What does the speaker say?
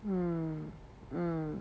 mm mm